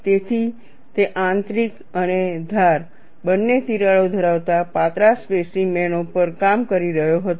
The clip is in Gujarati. તેથી તે આંતરિક અને ધાર બંને તિરાડો ધરાવતા પાતળા સ્પેસીમેનઓ પર કામ કરી રહ્યો હતો